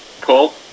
Paul